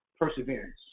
perseverance